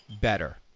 better